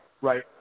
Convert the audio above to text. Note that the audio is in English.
right